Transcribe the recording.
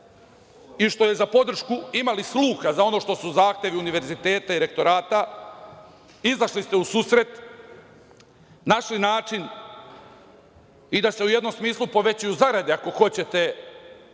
i što je za podršku, vi ste imali sluha za ono što su zahtevi univerziteta i rektorata, izašli ste u susret, našli način i da se u jednom smislu povećaju zarade, ako hoćete